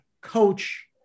coach